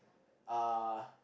uh